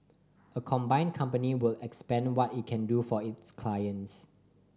a combined company would expand what it can do for its clients